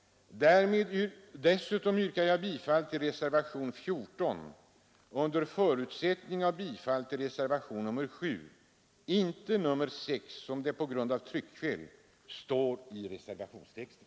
Dessutom yrkar jag bifall till reservationen 14 under förutsättning av kammarens bifall till reservationen 7 — inte reservationen 6 som det på grund av tryckfel står i reservationstexten.